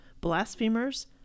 blasphemers